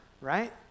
right